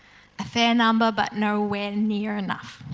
a fair number but nowhere near enough.